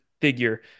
figure